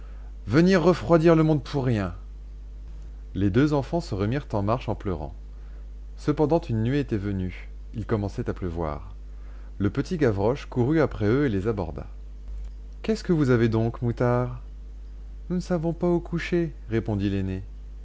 venir refroidir le monde pour rien les deux enfants se remirent en marche en pleurant cependant une nuée était venue il commençait à pleuvoir le petit gavroche courut après eux et les aborda qu'est-ce que vous avez donc moutards nous ne savons pas où coucher répondit